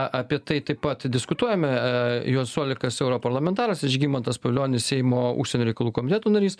apie tai taip pat diskutuojame juozas olekas europarlamentaras ir žygimantas pavilionis seimo užsienio reikalų komiteto narys